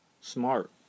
smart